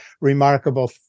remarkable